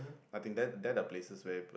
I think that that are places where